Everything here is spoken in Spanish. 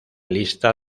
lista